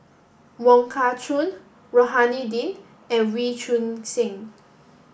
Wong Kah Chun Rohani Din and Wee Choon Seng